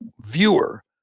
viewer